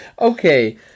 Okay